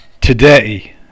today